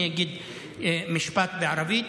אני אגיד משפט בערבית.